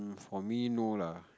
for me no lah